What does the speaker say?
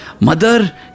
Mother